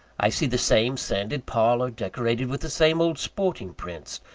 i see the same sanded parlour, decorated with the same old sporting prints,